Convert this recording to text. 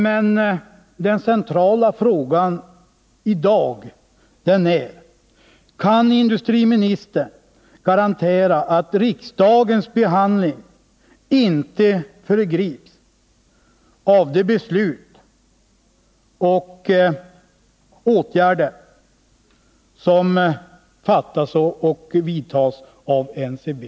Men den centrala frågan i dag är: Kan industriministern garantera att riksdagens behandling inte föregrips av de beslut som fattas och åtgärder som vidtas av NCB:s styrelse?